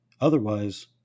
Otherwise